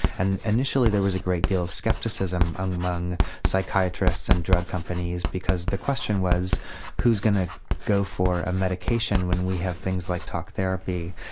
and initially there was a great deal of scepticism among psychiatrists and drug companies because the question was who's going to go for a medication when we have things like talk therapy.